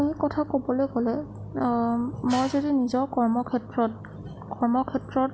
মই কথা ক'বলৈ গ'লে মই যদি নিজৰ কৰ্ম ক্ষেত্ৰত কৰ্ম ক্ষেত্ৰত